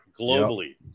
globally